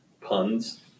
puns